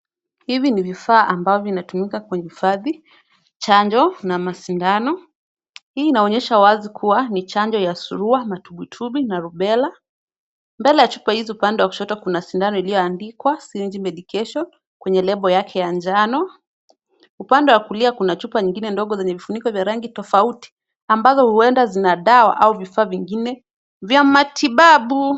Hivi ni vifaa amabayo vinatumika kuhifhadi chanjo na masidano. Hii inaonyesha wazi kuwa ni chanjo wa surua matumbwitumbwi na Rubella. Mbele ya chupa hizi upande wa kushoto kuna sidano ilioandikwa syringe medication kwenye lebo yake ya njano. Upande wa kulia kuna chupa ingine ndogo chenye kifuniko cha rangi tafauti ambazo uenda zina dawa au vifaa vingine vya matibabu.